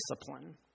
discipline